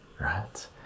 right